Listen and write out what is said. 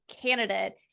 candidate